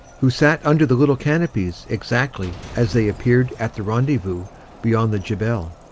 who sat under the little canopies exactly as they appeared at the rendezvous beyond the jebel.